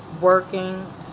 working